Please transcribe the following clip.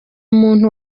muntu